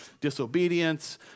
disobedience